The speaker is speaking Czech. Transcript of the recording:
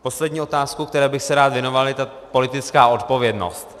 Poslední otázkou, které bych rád věnoval, je politická odpovědnost.